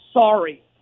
sorry